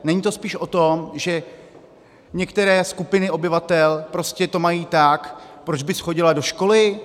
Není to spíš o tom, že některé skupiny obyvatel to mají tak, proč bys chodila do školy?